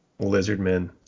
Lizardmen